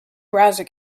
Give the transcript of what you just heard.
browser